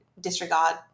disregard